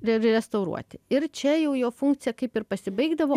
ir restauruoti ir čia jau jo funkcija kaip ir pasibaigdavo